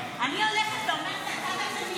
כמו חברת כנסת.